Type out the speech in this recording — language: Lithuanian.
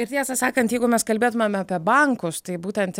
ir tiesą sakant jeigu mes kalbėtumėm apie bankus tai būtent